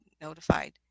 notified